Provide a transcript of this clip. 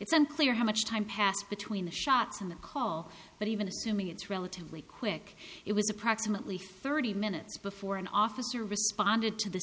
it's unclear how much time passed between the shots and the call but even assuming it's relatively quick it was approximately thirty minutes before an officer responded to the